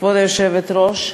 כבוד היושבת-ראש,